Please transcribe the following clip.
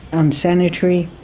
unsanitary,